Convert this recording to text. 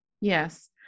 Yes